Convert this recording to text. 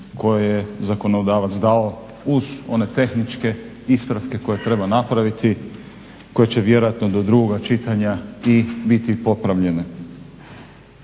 koje je zakonodavac dao uz one tehničke ispravke koje treba napraviti, koje će vjerojatno do drugoga čitanja i biti popravljene.